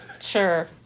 Sure